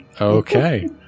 Okay